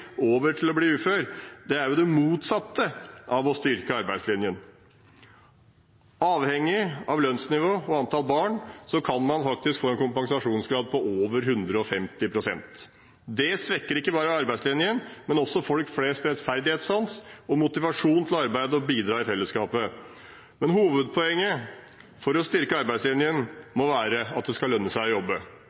over til å bli uføre. Det er jo det motsatte av å styrke arbeidslinjen. Avhengig av lønnsnivå og antall barn så kan man faktisk få en kompensasjonsgrad på over 150 pst. Dette svekker ikke bare arbeidslinjen, men også rettferdighetssansen til folk flest og motivasjonen til å arbeide og bidra til fellesskapet. Hovedpoenget er at for å styrke arbeidslinjen må det lønne seg å jobbe,